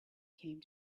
came